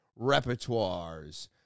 repertoires